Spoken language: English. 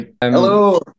hello